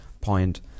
point